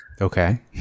Okay